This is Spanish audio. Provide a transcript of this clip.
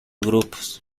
grupos